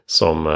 som